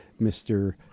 Mr